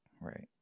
Right